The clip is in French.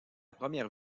première